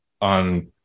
on